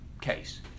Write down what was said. case